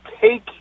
take